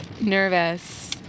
nervous